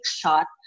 shot